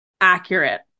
accurate